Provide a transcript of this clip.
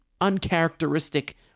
uncharacteristic